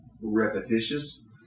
repetitious